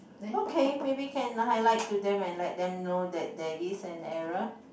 okay maybe can highlight to them and let them know that there is an error